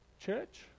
Church